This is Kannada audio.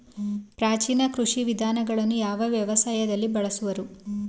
ಪ್ರಾಚೀನ ಕೃಷಿ ವಿಧಾನಗಳನ್ನು ಯಾವ ವ್ಯವಸಾಯದಲ್ಲಿ ಬಳಸುವರು?